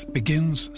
begins